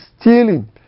stealing